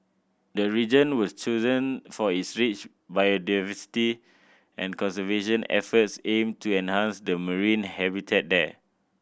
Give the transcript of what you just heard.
the region was chosen for its rich biodiversity and conservation efforts aim to enhance the marine habitat there